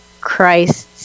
Christ